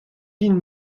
din